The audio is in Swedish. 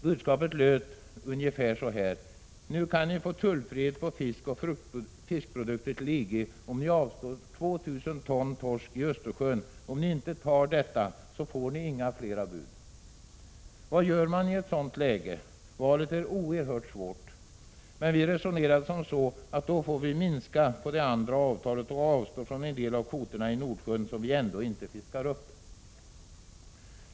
Budskapet löd ungefär så här: Nu kan ni få tullfrihet för fisk och fiskprodukter till EG om ni avstår 2 000 ton torsk i Östersjön. Om ni inte antar detta får ni inga flera bud. Vad gör man i ett sådant läge? Valet var oerhört svårt. Men vi resonerade tt vi får minska på det andra avtalet och avstå från en del av kvoterna , som vi ändå inte fiskar upp.